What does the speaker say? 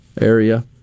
area